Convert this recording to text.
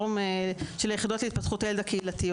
של היחידות הקהילתיות להתפתחות הילד.